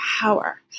power